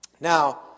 Now